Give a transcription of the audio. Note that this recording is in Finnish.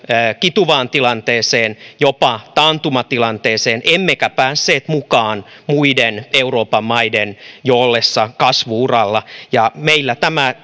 kituvaan tilanteeseen jopa taantumatilanteeseen emmekä päässeet mukaan muiden euroopan maiden jo ollessa kasvu uralla meillä tämä